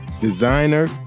Designer